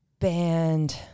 band